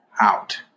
out